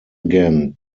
again